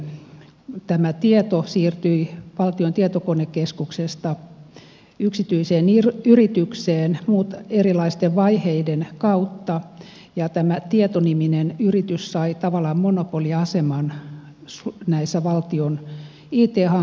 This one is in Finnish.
todella tämä tieto siirtyi valtion tietokonekeskuksesta yksityiseen yritykseen erilaisten vaiheiden kautta ja tämä tieto niminen yritys sai tavallaan monopoliaseman näissä valtion it hankkeissa